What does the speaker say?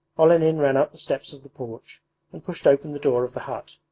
olenin ran up the steps of the porch and pushed open the door of the hut.